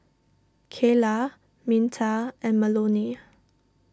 Kayla Minta and Melonie